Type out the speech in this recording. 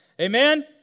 Amen